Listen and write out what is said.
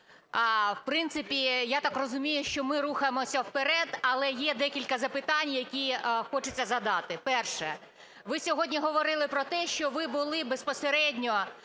В принципі, я так розумію, що ми рухаємось вперед. Але є декілька запитань, які хочеться задати. Перше. Ви сьогодні говорили про те, що ви були безпосередньо